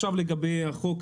עכשיו לגבי החוק.